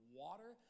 water